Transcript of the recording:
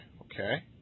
Okay